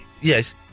Yes